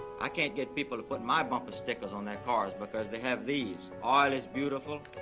i can't get people to put my bumper stickers on their cars because they have these oil is beautiful,